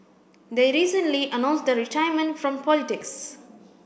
they recently announced the retirement from politics